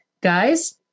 Guys